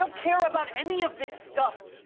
so care about any of this stuff.